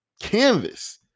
canvas